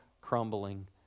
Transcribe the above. crumbling